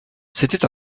c’était